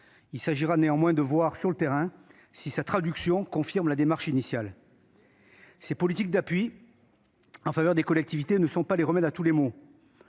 Il reste néanmoins à voir si sa traduction sur le terrain confirmera la démarche initiale. Les politiques d'appui en faveur des collectivités ne sont pas le remède à tous les maux.